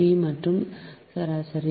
P மற்றும் Q சரி